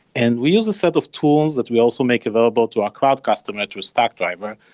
and we use a set of tools that we also make available to our cloud customer to stackdriver.